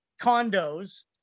Condos